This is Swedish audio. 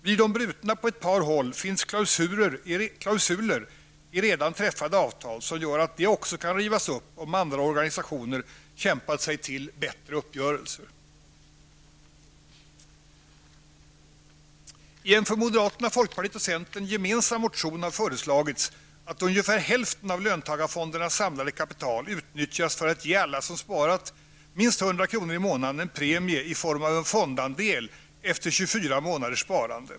Blir de brutna på ett par håll, finns klausuler i redan träffade avtal som gör att de också kan rivas upp, om andra organisationer ''kämpat sig till'' bättre uppgörelser. I en för moderaterna, folkpartiet och centern gemensam motion har föreslagits, att ungefär hälften av löntagarfondernas samlade kapital utnyttjas för att ge alla som sparat minst 100 kr. i månaden en premie i form av en fondandel efter tjugofyra månaders sparande.